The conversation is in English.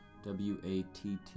W-A-T-T